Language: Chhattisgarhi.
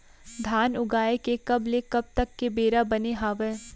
धान उगाए के कब ले कब तक के बेरा बने हावय?